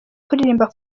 kuririmba